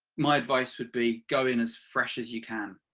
my advice would be go in as fresh as you can.